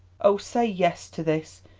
oh, say yes to this.